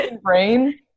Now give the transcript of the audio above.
Brain